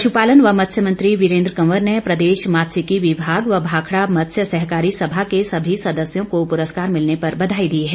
पश् पालन व मत्स्य मंत्री वीरेन्द्र कवर ने प्रदेश मात्स्यिकी विभाग व भाखड़ा मत्स्य सहकारी सभा के सभी सदस्यों को पुरस्कार मिलने पर बधाई दी है